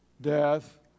death